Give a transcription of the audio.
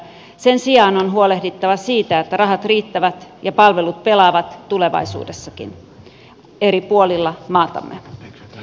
sen sijaan on huolehdittava siitä että rahat riittävät ja palvelut pelaavat tulevaisuudessakin eri puolilla maatamme